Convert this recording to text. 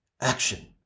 action